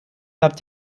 habt